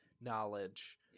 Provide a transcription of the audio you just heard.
knowledge